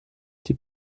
die